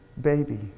baby